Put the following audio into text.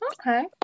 Okay